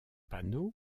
panneau